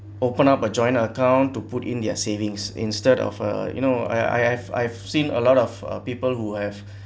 open up a joint account to put in their savings instead of uh you know I I've I've seen a lot of uh people who have